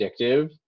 addictive